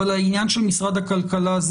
אבל העניין של משרד הכלכלה,